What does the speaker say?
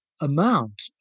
amount